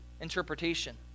interpretation